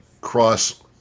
cross